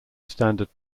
standard